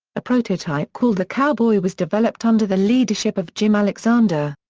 a prototype called the cowboy was developed under the leadership of jim alexander.